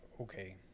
okay